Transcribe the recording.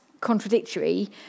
contradictory